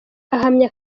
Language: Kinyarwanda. ahamya